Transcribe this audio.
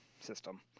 system